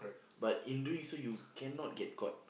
but in doing so you cannot get caught